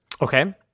okay